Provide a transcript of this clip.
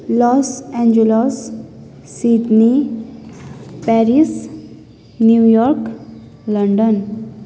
loss Angeles Sydney Paris New York London